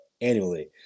annually